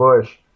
Bush